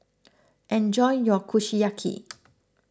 enjoy your Kushiyaki